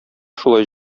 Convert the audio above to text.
шулай